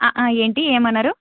ఏమిటి ఏమన్నారు